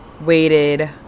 waited